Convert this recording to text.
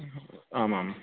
आम् आम्